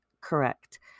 correct